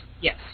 Yes